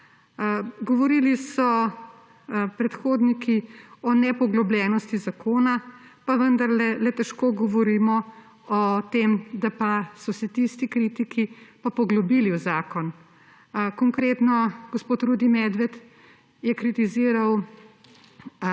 Predhodniki so govorili o nepoglobljenosti zakona, pa vendarle le težko govorimo o tem, da so se tisti kritiki pa poglobili v zakon. Konkretno, gospod Rudi Medved je kritiziral